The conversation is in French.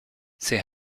ces